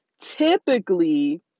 Typically